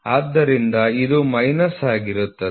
ಆದ್ದರಿಂದ ಇದು ಮೈನಸ್ ಆಗಿರುತ್ತದೆ